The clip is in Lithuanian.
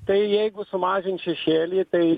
tai jeigu sumažins šešėlį tai